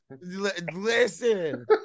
Listen